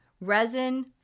resin